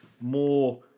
more